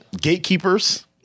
gatekeepers